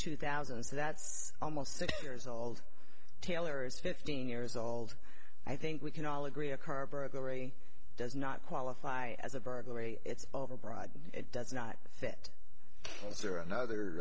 two thousand so that's almost six years old taylor is fifteen years old i think we can all agree a car burglary does not qualify as a burglary it's overbroad it does not fit his or another